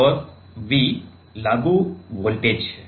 और V लागू voltage है